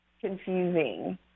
confusing